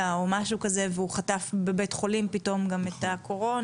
או משהו כזה והוא חטף בבית החולים פתאום את הקורונה,